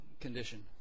condition